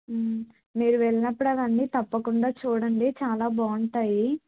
మీరు వెళ్ళినప్పుడవన్నీ తప్పకుండా చూడండి చాలా బాగుంటాయి